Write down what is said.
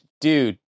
dude